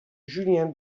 julien